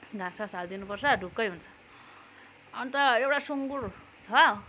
घाँस सास हालिदिनुपर्छ ढुक्कै हुन्छ अन्त एउटा सुँगुर छ